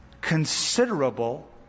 considerable